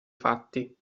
fatti